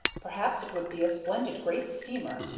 perhaps it would be a splendid, great steamer,